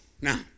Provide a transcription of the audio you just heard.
Now